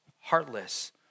heartless